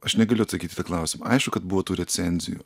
aš negaliu atsakyt į tą klausimą aišku kad buvo tų recenzijų